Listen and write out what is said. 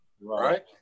Right